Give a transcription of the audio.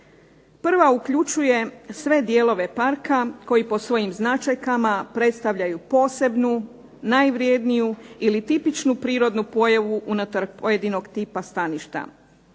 Prva uključuje sve dijelove Parka koji po svojim značajkama predstavljaju posebnu, najvrjedniju ili tipičnu prirodnu pojavu unutar pojedinog tipa staništa.